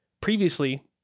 previously